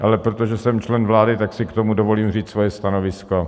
Ale protože jsem člen vlády, tak si k tomu dovolím říct svoje stanovisko.